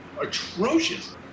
atrocious